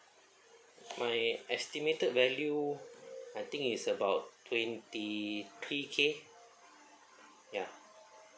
my estimated value I think is about twenty three K ya